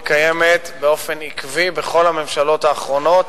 היא קיימת באופן עקבי בכל הממשלות האחרונות.